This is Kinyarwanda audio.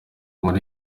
muri